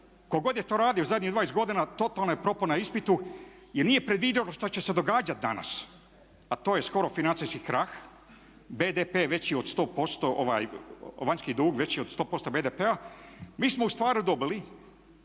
Ko god je to radi zadnjih 20 godina totalno je propao na ispitu jer nije predvidio šta će se događati danas, a to je skoro financijski krah, BDP je veći od 100%, vanjski dug veći od 100% BDP-a. Mi smo ustvari dobili,